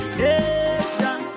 nation